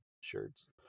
shirts